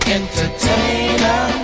entertainer